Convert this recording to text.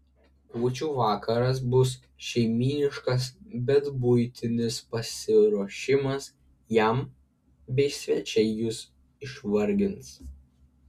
kūčių vakaras bus šeimyniškas bet buitinis pasiruošimas jam bei svečiai jus išvargins